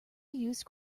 use